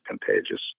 contagious